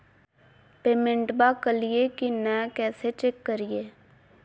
पेमेंटबा कलिए की नय, कैसे चेक करिए?